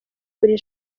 buri